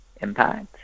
impact